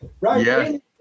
right